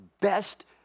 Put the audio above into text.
best